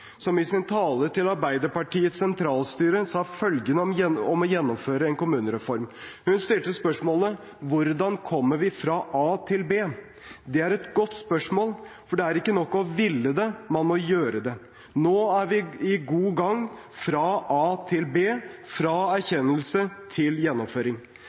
som i sin tale til Arbeiderpartiets sentralstyre stilte følgende spørsmål om å gjennomføre en kommunereform: Hvordan kommer vi fra A til B? Det er et godt spørsmål, for det er ikke nok å ville det, man må gjøre det. Nå er vi godt i gang, fra A til B, fra erkjennelse til gjennomføring.